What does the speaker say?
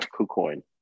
KuCoin